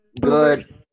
Good